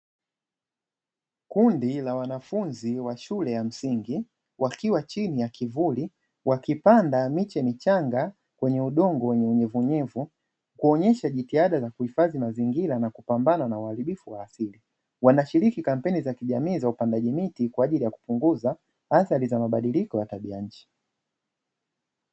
Kundi la wanafunzi wa shule ya msingi wakiwa chini ya kivuli, wakipanda miche michanga kwenye udongo wenye unyevuunyevu, kuonyesha jitihada za kuhifadhi mazingira na kupambana na uharibifu wa asili. Wanashiriki kampeni za kijamii za upandaji miti kwa ajili ya kupunguza athari za mabadiliko ya tabia nchi.